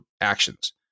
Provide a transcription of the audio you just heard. actions